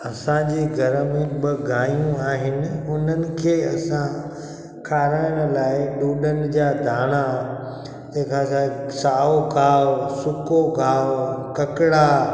असांजे घर में ॿ गाइंयूं आहिनि हुननि खे असां खाराइण लाइ डूडन जा दाणा जेका छा आहे साओ खाओ सुको खाओ ककड़ा